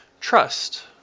trust